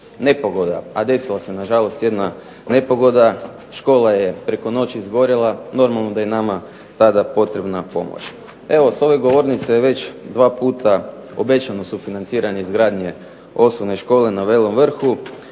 nepogoda, a desila se nažalost jedna nepogoda, škola je preko noći izgorila, normalno da je nama tada potrebna pomoć. Evo sa ove govornice je već dva puta obećano sufinanciranje izgradnje Osnovne škole na Velom Vrhu,